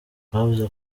bavuze